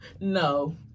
No